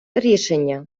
рішення